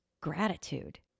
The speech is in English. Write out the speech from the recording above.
gratitude